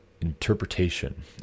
interpretation